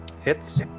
hits